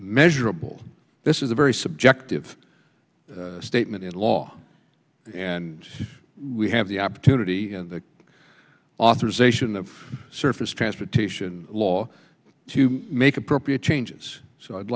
measurable this is a very subjective statement in law and we have the opportunity authorization the surface transportation law to make appropriate changes so i'd